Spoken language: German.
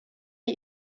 die